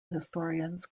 historians